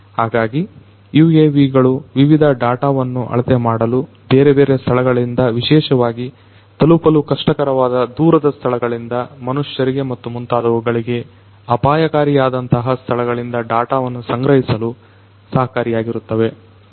ಹಾಗಾಗಿ UAVಗಳು ವಿವಿಧ ಡಾಟಾವನ್ನು ಅಳತೆ ಮಾಡಲು ಬೇರೆ ಬೇರೆ ಸ್ಥಳಗಳಿಂದ ವಿಶೇಷವಾಗಿ ತಲುಪಲು ಕಷ್ಟಕರವಾದ ದೂರದ ಸ್ಥಳಗಳಿಂದ ಮನುಷ್ಯರಿಗೆ ಮತ್ತು ಮುಂತಾದವುಗಳಿಗೆ ಅಪಾಯಕಾರಿಯಾದಂತಹ ಸ್ಥಳಗಳಿಂದ ಡಾಟಾವನ್ನು ಸಂಗ್ರಹಿಸಲು ಸಹಕಾರಿಯಾಗಿರುತ್ತವೆ